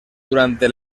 durante